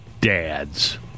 dads